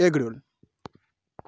egg roll